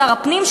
שר הפנים,